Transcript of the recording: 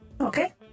Okay